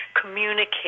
communicate